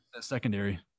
Secondary